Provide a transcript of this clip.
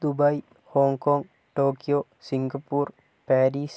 Dubai Hong Kong Tokyo Singapore Paris